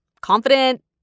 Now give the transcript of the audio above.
confident